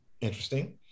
interesting